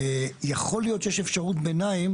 יכול להיות שישנה אפשרות ביניים,